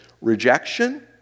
rejection